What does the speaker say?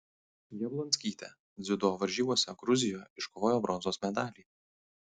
jablonskytė dziudo varžybose gruzijoje iškovojo bronzos medalį